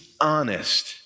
honest